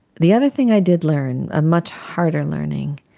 the other thing i did learn, a much harder learning,